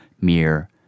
mere